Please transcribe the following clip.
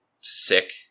sick